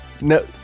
No